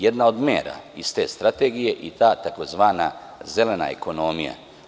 Jedna od mera iz te strategije je i ta tzv. zelena ekonomija.